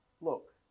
look